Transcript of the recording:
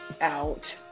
out